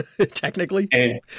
technically